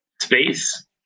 Space